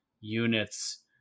units